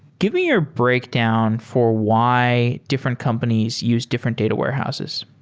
give me your breakdown for why different companies use different data warehouses.